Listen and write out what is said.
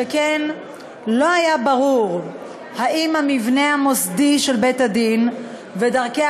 שכן לא היה ברור אם המבנה המוסדי של בית-הדין ודרכי